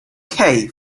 key